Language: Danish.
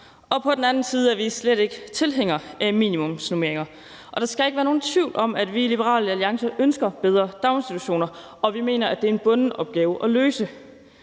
og på den anden side er vi slet ikke tilhængere af minimumsnormeringer. Der skal ikke være nogen tvivl om, at vi i Liberal Alliance ønsker bedre daginstitutioner, og vi mener, det er en bunden opgave at løse